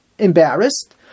embarrassed